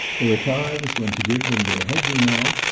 there are times when to give them their head, you know!